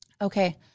okay